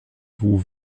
vous